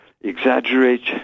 exaggerate